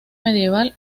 medieval